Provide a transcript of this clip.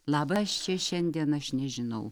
labas čia šiandien aš nežinau